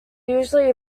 usually